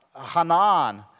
Hanan